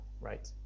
Right